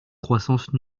croissance